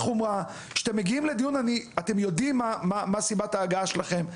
כשאתם מגיעים לדיון אתם יודעים מה סיבת ההגעה שלכם.